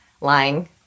lying